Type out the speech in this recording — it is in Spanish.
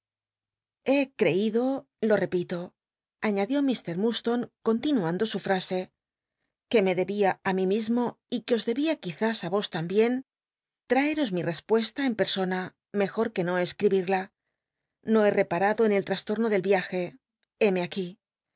he ceido lo repito añadió llr mtuclstone continuando su fnsc que me debía á mí mismo y que os debía c uiz is i os tambien traeros mi respuesta en persona mejor que no escribirla no he reparado en el trastorno del iaje héme aquf